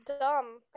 dumb